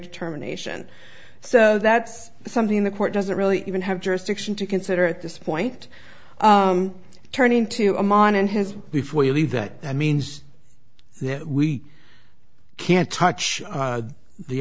determination so that's something the court doesn't really even have jurisdiction to consider at this point turning to a man and his before you leave that that means that we can't touch